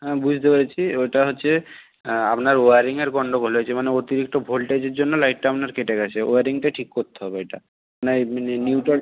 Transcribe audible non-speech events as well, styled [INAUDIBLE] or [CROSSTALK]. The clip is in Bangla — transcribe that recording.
হ্যাঁ বুঝতে পেরেছি ওটা হচ্ছে [UNINTELLIGIBLE] আপনার ওয়্যারিংয়ের গণ্ডগোল হয়েছে মানে অতিরিক্ত ভোল্টেজের জন্য লাইটটা আপনার কেটে গেছে ওয়্যারিংটা ঠিক করতে হবে এটা [UNINTELLIGIBLE] নিউট্রাল